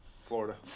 Florida